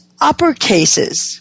uppercases